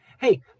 hey